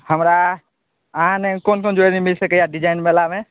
हमरा अहाँ नहि कोन कोन ज्वेलरी मिलि सकैए डिजाइनवलामे